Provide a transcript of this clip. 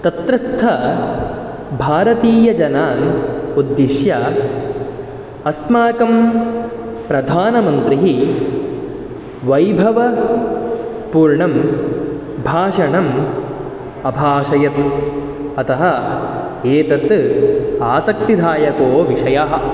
तत्रस्थभारतीयजनान् उद्दिश्य अस्माकं प्रधानमन्त्री वैभवपूर्णं भाषणम् अभाषयत् अतः एतत् आसक्तिदायको विषयः